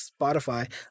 Spotify